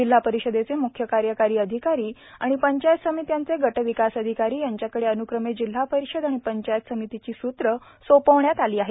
जिल्हा परिशदेचे मुख्य कार्यकारी अधिकारी आणि पंचायत समित्यांचे गटविकास अधिकारी यांच्याकडं अनुक्रमे जिल्हा परिशद आणि पंचायत समितीची सूत्रे सोपवण्यात आली आहेत